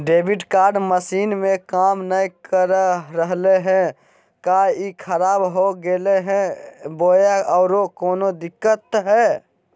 Debit card machine में काम नाय कर रहले है, का ई खराब हो गेलै है बोया औरों कोनो दिक्कत है?